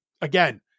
again